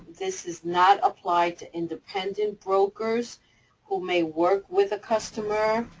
this does not apply to independent brokers who may work with a customer.